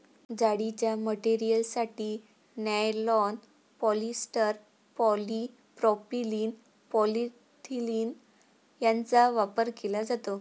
जाळीच्या मटेरियलसाठी nylon, polyester, polypropylene, polyethylene यांचा वापर केला जातो